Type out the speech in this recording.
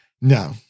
No